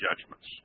judgments